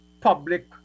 public